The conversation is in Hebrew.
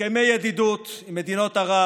הסכמי ידידות עם מדינות ערב